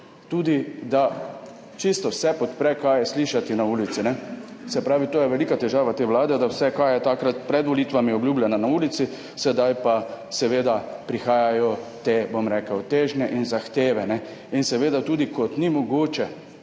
in ne da čisto vse podpre, kar je slišati na ulici. Se pravi, to je velika težava te vlade, da vse, kar je takrat pred volitvami obljubljala na ulici, sedaj pa seveda prihajajo te, bom rekel, težnje in zahteve. Kot ni mogoče